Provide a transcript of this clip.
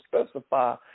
specify